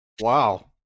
Wow